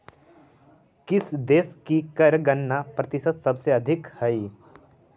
किस देश की कर गणना प्रतिशत सबसे अधिक हई